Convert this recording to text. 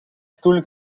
stoel